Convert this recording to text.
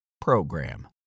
program